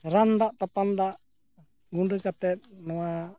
ᱨᱟᱱ ᱫᱟᱜ ᱛᱟᱯᱟᱱᱫᱟᱜ ᱜᱩᱸᱰᱟᱹ ᱠᱟᱛᱮᱫ ᱱᱚᱣᱟ